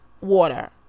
water